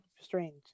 strange